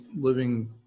living